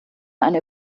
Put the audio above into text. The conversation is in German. eine